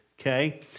okay